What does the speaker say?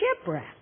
shipwreck